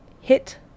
hit